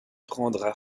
prendra